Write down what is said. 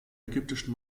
ägyptischen